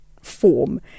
form